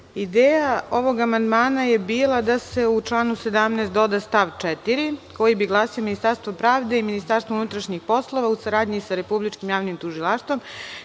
Hvala. Ideja ovog amandmana je bila da se u članu 17. doda stav 4. koji bi glasio: „Ministarstvo pravde i Ministarstvo unutrašnjih poslova u saradnji sa Republičkim javnim tužilaštvom